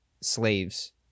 slaves